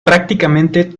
prácticamente